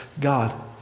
God